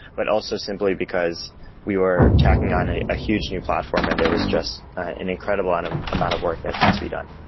but also simply because we were tackling on a huge new platform and there was just an incredible ah amount of work that had to be done,